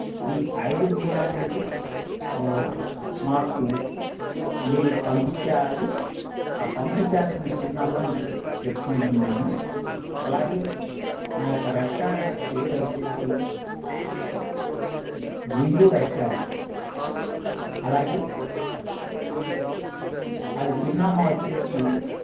ఈ ఐదు బిర్యానీలు మాకు మీరు పంపిచ్చేలి ఆ పంపిచ్చాల్సిన చిరునామా మీకు చెప్తుంటున్నాను అలాగే మా యొక్క రెస్టారెంట్ పేరు వచ్చేసి బిందు రెస్టారెంట్ అలాగే అది చిరునామా వొచ్చేసి